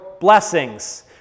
Blessings